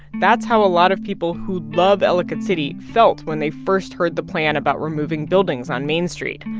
that's how a lot of people who love ellicott city felt when they first heard the plan about removing buildings on main street.